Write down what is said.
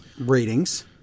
ratings